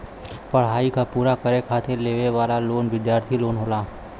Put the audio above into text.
पढ़ाई क पूरा करे खातिर लेवे वाला लोन विद्यार्थी लोन होला